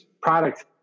product